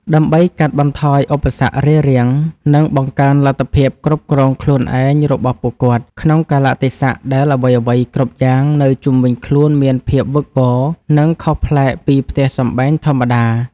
ដើម្បីកាត់បន្ថយឧបសគ្គរារាំង និងបង្កើនលទ្ធភាពគ្រប់គ្រងខ្លួនឯងរបស់ពួកគាត់ ក្នុងកាលៈទេសៈដែលអ្វីៗគ្រប់យ៉ាងនៅជុំវិញខ្លួនមានភាពវឹកវរ និងខុសប្លែកពីផ្ទះសម្បែងធម្មតា។